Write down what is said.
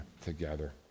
together